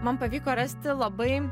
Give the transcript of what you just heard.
man pavyko rasti labai